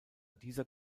dieser